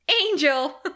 Angel